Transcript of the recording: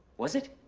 was it?